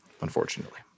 unfortunately